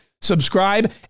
subscribe